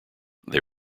they